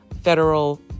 federal